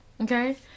Okay